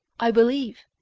i believe,